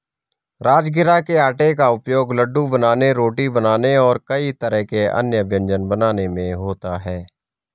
राजगिरा के आटे का उपयोग लड्डू बनाने रोटी बनाने और कई तरह के अन्य व्यंजन बनाने में होता है